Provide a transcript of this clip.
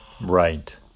Right